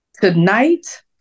tonight